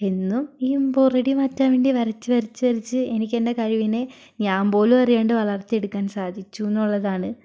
ഇന്നും ഈ ബോറടി മാറ്റാൻ വേണ്ടി വരച്ച് വരച്ച് വരച്ച് എനിക്കെന്റെ കഴിവിനെ ഞാൻപോലും അറിയാണ്ട് വളർത്തിയെടുക്കാൻ സാധിച്ചുന്നുള്ളതാണ്